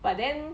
but then